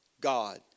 God